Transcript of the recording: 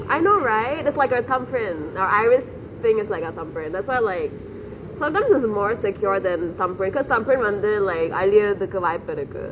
I know right it's like a thumbprint your iris thing is like a thumbprint that's why like sometimes it's more secure than the thumbprint because thumbprint வந்து:vanthu like அழியருதுக்கு வாய்ப்பு இருக்கு:azhiyarathukku vaaipu irukku